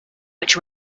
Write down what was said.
which